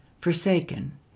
forsaken